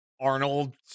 arnold